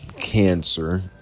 cancer